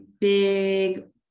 big